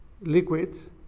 liquids